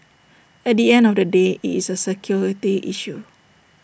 at the end of the day IT is A security issue